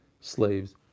slaves